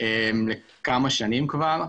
כבר כמה שנים.